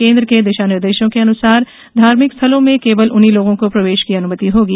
केन्द्र के दिशा निर्देशों के अनुसार धार्मिक स्थलों में केवल उन्हीं लोगों को प्रवेश की अनुमति होगी